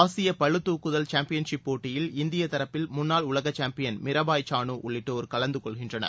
ஆசிய பளு துக்குதல் சாம்பியன்ஷிப் போட்டியில் இந்திய தரப்பில் முன்னாள் உலக சாம்பியன் மிராபாய் சானு உள்ளிட்டோர் கலந்து கொள்கின்றனர்